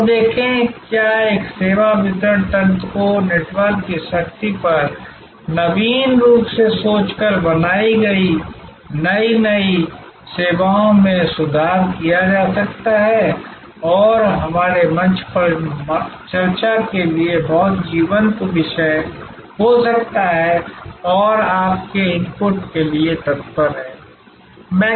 और देखें क्या एक सेवा वितरण तंत्र को नेटवर्क की शक्ति पर नवीन रूप से सोचकर बनाई गई नई नई सेवाओं में सुधार किया जा सकता है और हमारे मंच पर चर्चा के लिए बहुत जीवंत विषय हो सकता है और आपके इनपुट के लिए तत्पर हैं